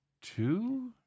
two